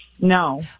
No